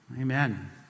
amen